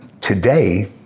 today